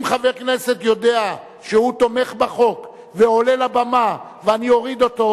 אם חבר כנסת יודע שהוא תומך בחוק ועולה לבמה ואני אוריד אותו,